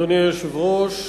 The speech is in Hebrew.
אדוני היושב-ראש,